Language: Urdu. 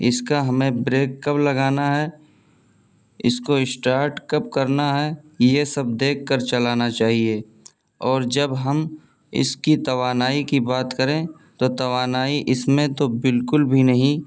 اس کا ہمیں بریک کب لگانا ہے اس کو اسٹارٹ کب کرنا ہے یہ سب دیکھ کر چلانا چاہیے اور جب ہم اس کی توانائی کی بات کریں تو توانائی اس میں تو بالکل بھی نہیں